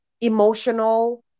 emotional